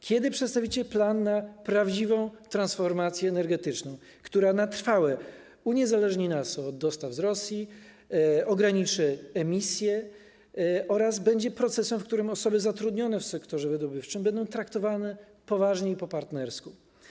Kiedy przedstawicie plan dotyczący prawdziwej transformacji energetycznej, która na trwałe uniezależni nas od dostaw z Rosji, umożliwi ograniczenie emisji oraz będzie procesem, w którym osoby zatrudnione w sektorze wydobywczym będą traktowane poważnie i po partnersku?